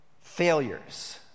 failures